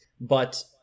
But-